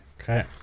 Okay